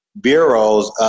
bureaus